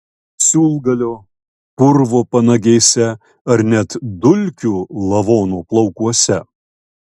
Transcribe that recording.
siūlgalio purvo panagėse ar net dulkių lavono plaukuose